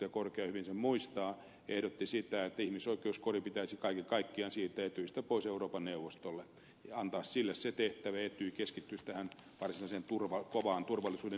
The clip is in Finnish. korkeaoja hyvin sen muistaa että ihmisoikeuskori pitäisi kaiken kaikkiaan siirtää etyjistä pois euroopan neuvostolle ja antaa sille se tehtävä ja etyj keskittyisi tähän varsinaiseen kovaan turvallisuuden ytimeen